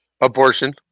Abortion